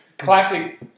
Classic